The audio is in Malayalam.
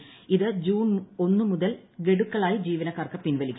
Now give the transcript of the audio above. ക്ഷ്ത് ജൂൺ ഒന്നുമുതൽ ഗഡുക്കളായി ജീവനക്കാർക്ക് പിൻവിലിക്കാം